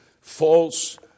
false